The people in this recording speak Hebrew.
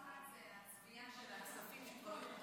פעם אחת זה הצביעה של הכספים שכבר היו,